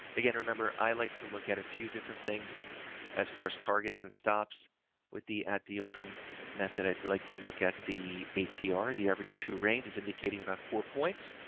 again, remember, i like to look at a few different things as far as targets and stops with the, at the open method. i'd like to look at the atr. the average true range is indicating about four points,